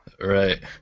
Right